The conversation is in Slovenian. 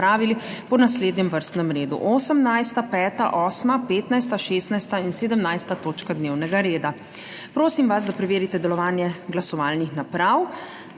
po naslednjem vrstnem redu: 18., 5., 8., 15., 16. in 17. točka dnevnega reda. Prosim vas, da preverite delovanje glasovalnih naprav.